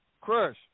crush